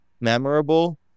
memorable